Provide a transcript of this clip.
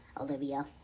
olivia